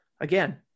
again